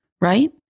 right